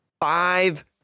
Five